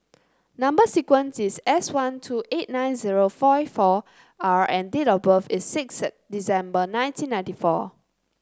number sequence is S one two eight nine zero five four R and date of birth is sixth December nineteen ninety four